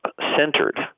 centered